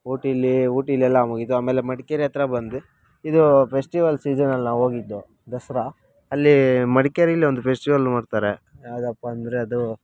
ಊಟಿಲಿ ಊಟಿಲಿ ಎಲ್ಲ ಮುಗಿದು ಆಮೇಲೆ ಮಡಿಕೇರಿ ಹತ್ತಿರ ಬಂದ್ವಿ ಇದು ಫೆಸ್ಟಿವಲ್ ಸೀಸನ್ ಅಲ್ಲಿ ನಾವು ಹೋಗಿದ್ದು ದಸರಾ ಅಲ್ಲಿ ಮಡಿಕೇರೀಲಿ ಒಂದು ಫೆಸ್ಟಿವಲ್ ಮಾಡ್ತಾರೆ ಯಾವುದಪ್ಪ ಅಂದರೆ ಅದು